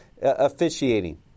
officiating